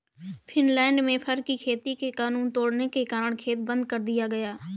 Finland में fur की खेती के कानून तोड़ने के कारण खेत बंद कर दिया गया